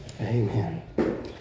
Amen